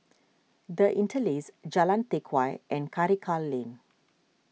the Interlace Jalan Teck Whye and Karikal Lane